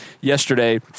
Yesterday